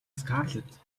скарлетт